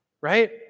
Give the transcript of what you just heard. right